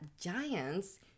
giants